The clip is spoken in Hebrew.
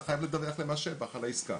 אתה חייב לדווח למס שבח על העסקה.